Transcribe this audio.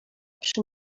przy